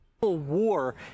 war